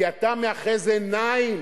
כי אתה מאחז עיניים,